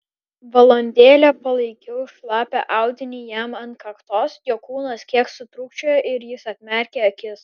valandėlę palaikiau šlapią audinį jam ant kaktos jo kūnas kiek sutrūkčiojo ir jis atmerkė akis